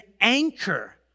anchor